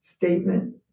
Statement